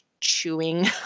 chewing